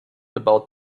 about